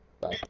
Bye